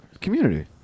Community